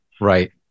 Right